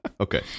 Okay